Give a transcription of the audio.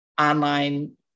online